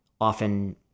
often